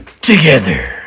Together